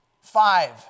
five